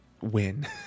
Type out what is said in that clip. win